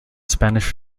spanish